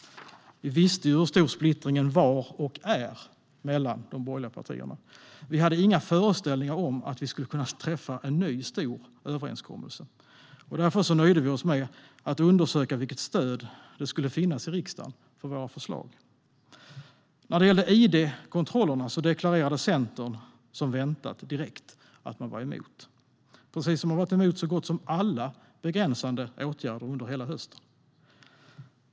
Vi visste hur stor splittringen var och är mellan de borgerliga partierna. Vi hade inga föreställningar om att vi skulle kunna träffa en ny stor överenskommelse. Därför nöjde vi oss med att undersöka vilket stöd det skulle finnas i riksdagen för våra förslag. När det gällde id-kontrollerna deklarerade Centern som väntat direkt att man var emot, precis som man varit emot så gott som alla begränsande åtgärder under hela hösten.